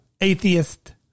atheist